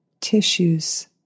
tissues